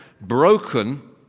broken